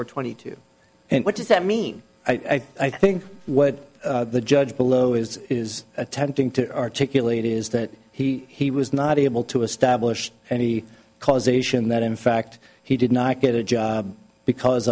or twenty two and what does that mean i think what the judge below is is attempting to articulate is that he he was not able to establish any causation that in fact he did not get a job because